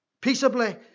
Peaceably